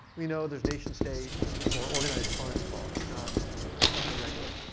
we know there's nation state or organized crime involved. it's not something regular.